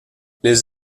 les